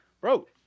bro